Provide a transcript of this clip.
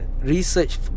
research